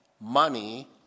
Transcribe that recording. money